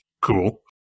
cool